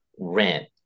rent